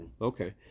Okay